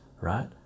right